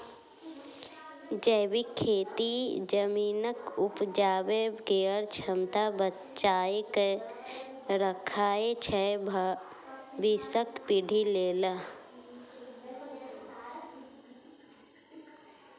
जैबिक खेती जमीनक उपजाबै केर क्षमता बचा कए राखय छै भबिसक पीढ़ी लेल